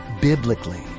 biblically